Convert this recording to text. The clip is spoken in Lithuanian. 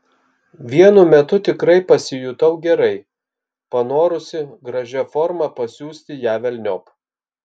vienu metu tikrai pasijutau gerai panorusi gražia forma pasiųsti ją velniop